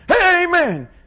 Amen